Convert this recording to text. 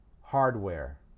hardware